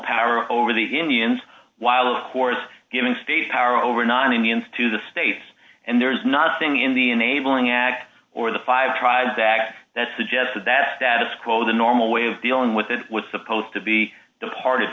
power over the indians while of course giving state power over non indians to the states and there is nothing in the enabling act or the five tried to act that suggested that the status quo the normal way of dealing with it was supposed to be departed